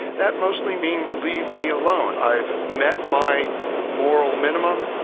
that mostly means leave me alone. i've met my moral minimum,